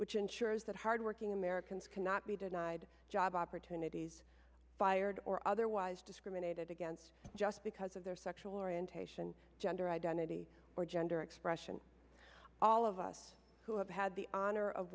which ensures that hardworking americans cannot be denied job opportunities fired or otherwise discriminated against just because of their sexual orientation gender identity or gender expression all of us who have had the honor of